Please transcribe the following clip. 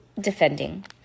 Defending